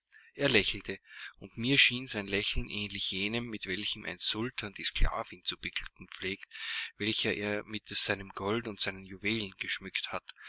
er lächelte und mir schien sein lächeln ähnlich jenem mit welchem ein sultan die sklavin zu beglücken pflegt welche er mit seinem gold und seinen juwelen geschmückt hat